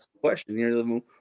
question